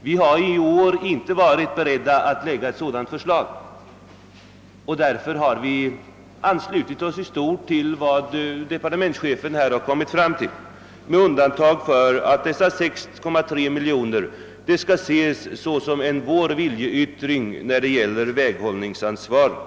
Vi har i år inte varit beredda att lägga fram något sådant förslag, och därför har vi i stort anslutit oss till departementschefens förslag — med det undantaget att vårt förslag om dessa 6,3 miljoner skall ses som vår viljeyttring när det gäller väghållningsansvaret.